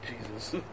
Jesus